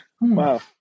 Wow